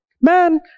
man